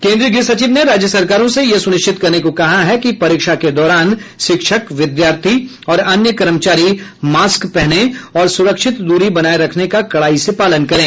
केन्द्रीय गृह सचिव ने राज्य सरकारों से यह सुनिश्चित करने को कहा है कि परीक्षा के दौरान शिक्षक विद्यार्थी और अन्य कर्मचारी मास्क पहनें और सुरक्षित दूरी बनाये रखने का कड़ाई से पालन करें